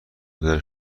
پدر